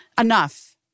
enough